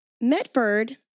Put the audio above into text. Medford